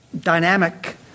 dynamic